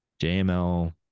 JML